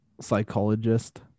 psychologist